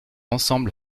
ensemble